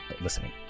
listening